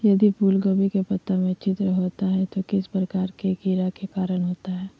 यदि फूलगोभी के पत्ता में छिद्र होता है तो किस प्रकार के कीड़ा के कारण होता है?